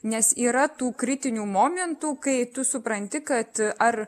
nes yra tų kritinių momentų kai tu supranti kad ar